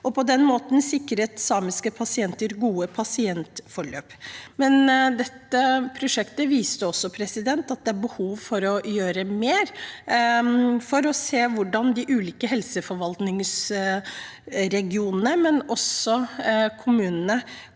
på den måten sikre samiske pasienter gode pasientforløp. Dette prosjektet viste også at det er behov for å gjøre mer for å se hvordan de ulike helseforvaltningsregionene og kommunene